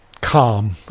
calm